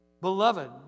Beloved